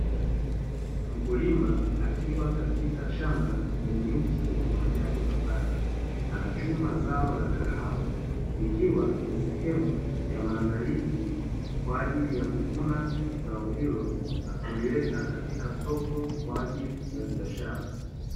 Mkulima akiwa katika shamba lenye miti yenye majani mapana anachuma zao la kahawa ikiwa ni sehemu ya maandalizi kwa ajili ya kuvuna zao hili na kuziweka Katika soko kwa ajili ya biashara.